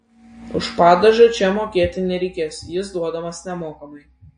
už padažą čia mokėti nereikės jis duodamas nemokamai